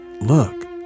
look